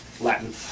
Latin